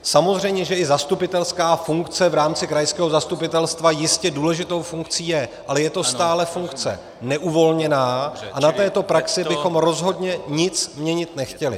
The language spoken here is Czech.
Samozřejmě že i zastupitelská funkce v rámci krajského zastupitelstva jistě důležitou funkcí je, ale je to stále funkce neuvolněná a na této praxi bychom rozhodně nic měnit nechtěli.